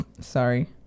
sorry